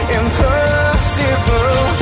impossible